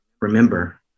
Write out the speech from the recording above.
remember